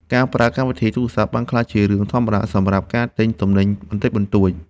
ការប្រើកម្មវិធីទូរសព្ទ បានក្លាយជារឿងធម្មតាសម្រាប់ការទិញទំនិញបន្តិចបន្តួច។